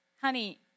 honey